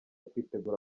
kwitegura